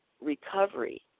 recovery